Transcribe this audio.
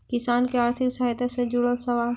किसान के आर्थिक सहायता से जुड़ल सवाल?